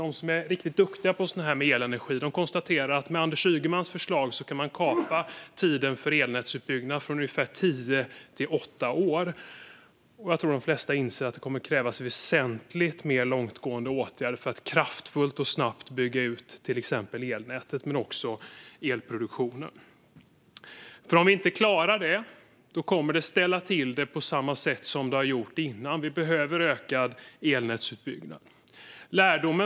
De som är riktigt duktiga på detta med elenergi konstaterar att med Anders Ygemans förslag kan man kapa tiden för elnätsutbyggnad från ungefär tio till åtta år. Jag tror att de flesta inser att det kommer att krävas väsentligt mer långtgående åtgärder för att kraftfullt och snabbt bygga ut till exempel elnätet men också elproduktionen. Om vi inte klarar det kommer det att ställa till det på samma sätt som det har gjort innan. Vi behöver ökad elnätsutbyggnad.